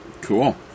Cool